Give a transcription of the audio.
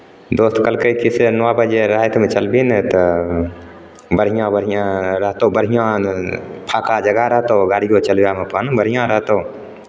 दोस्त कहलकै की से नओ बजे रातिमे चलबिही ने तऽ बढ़िआँ बढ़िआँ रहतौ बढ़िआँ आनन्द फाका जगह रहतौ गाड़िओ चलबयमे अपन बढ़िआँ रहतौ